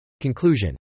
Conclusion